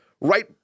right